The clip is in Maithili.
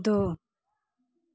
दू